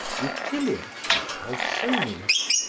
rutilius and ausonius.